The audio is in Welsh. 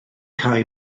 cau